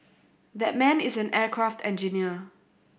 that man is an aircraft engineer